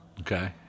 Okay